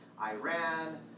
Iran